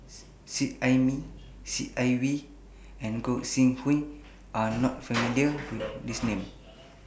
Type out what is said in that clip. Seet Ai Mee Seet Ai Mee and Gog Sing Hooi Are YOU not familiar with These Names